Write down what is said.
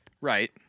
Right